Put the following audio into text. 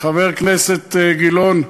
חבר הכנסת גילאון?